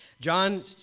John